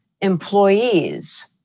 employees